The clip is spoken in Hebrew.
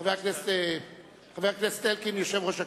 חבר הכנסת אלקין, יושב-ראש הקואליציה.